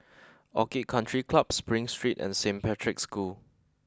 Orchid Country Club Spring Street and Saint Patrick's School